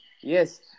Yes